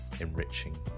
enriching